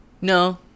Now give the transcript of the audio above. No